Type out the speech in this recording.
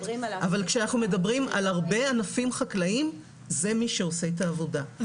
אבל כשאנחנו מדברים על הרבה ענפים חקלאיים זה מי שעושה את העבודה,